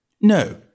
No